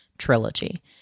trilogy